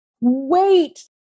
wait